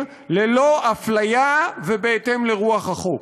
ללא אפליה ובהתאם לרוח החוק.